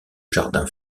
jardin